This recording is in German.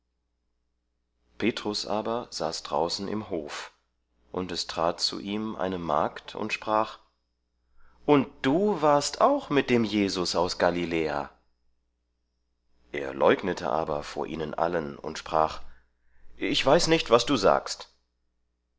petrus aber saß draußen im hof und es trat zu ihm eine magd und sprach und du warst auch mit dem jesus aus galiläa er leugnete aber vor ihnen allen und sprach ich weiß nicht was du sagst